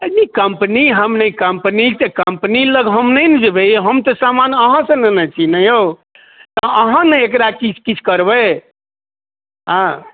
आओर नहि कम्पनी हम ने कम्पनी कम्पनी लग हम नहि ने जेबय यौ हम तऽ सामान अहाँसँ नेने छी ने यौ अहाँ ने एकरा किछु किछु करबय हँ